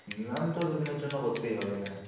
minimum তো দুদিনের জন্য করতেই হবে এখানে